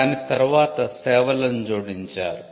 కాని తరువాత 'సేవలను' జోడించారు